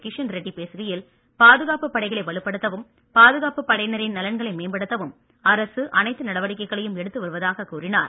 கிஷன் ரெட்டி பேசுகையில் பாதுகாப்பு படைகளை வலுப்படுத்தவும் பாதுகாப்பு படையினரின் நலன்களை மேம்படுத்தவும் அரசு அனைத்து நடவடிக்கைகளையும் எடுத்து வருவதாக கூறினார்